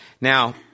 Now